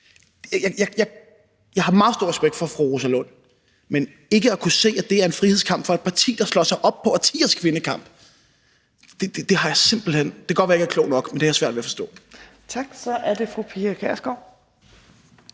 Jeg har meget stor respekt for fru Rosa Lund, men ikke at kunne se, at det er en frihedskamp, i et parti, der slår sig op årtiers kvindekamp, har jeg simpelt hen – og det kan godt være, at jeg ikke er klog nok – svært ved at forstå. Kl. 11:43 Fjerde næstformand